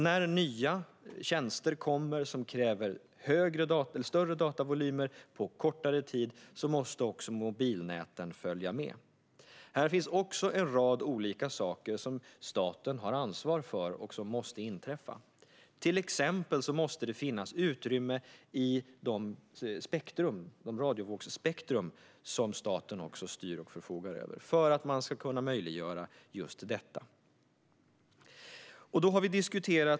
När nya tjänster kommer som kräver större datavolymer på kortare tid måste också mobilnäten följa med. Här finns också en rad olika saker som staten har ansvar för och som måste ske. Till exempel måste det finnas utrymme i de radiovågsspektrum som staten styr och förfogar över för att man ska kunna möjliggöra detta.